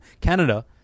Canada